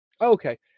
okay